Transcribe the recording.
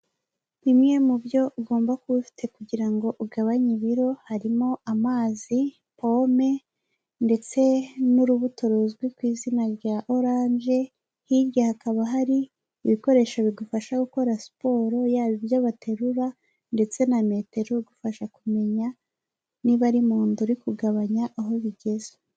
Bimwe mu byo ugomba kuba ufite kugirango ugabanye ibiro harimo: amazi, pome ndetse n'urubuto ruzwi ku izina rya oranje, hirya hakaba hari ibikoresho bigufasha gukora siporo, yaba ibyo baterura ndetse na metero gufasha kumenya niba ari munda uri kugabanya, aho bigeze.